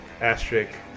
asterisk